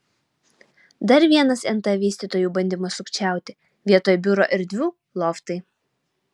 dar vienas nt vystytojų bandymas sukčiauti vietoj biuro erdvių loftai